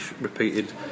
repeated